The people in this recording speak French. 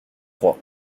croix